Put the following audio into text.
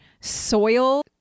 soil